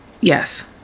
Yes